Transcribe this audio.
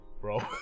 bro